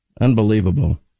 Unbelievable